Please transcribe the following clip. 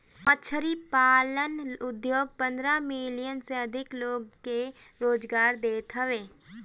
मछरी पालन उद्योग पन्द्रह मिलियन से अधिका लोग के रोजगार देत हवे